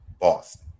Boston